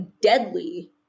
deadly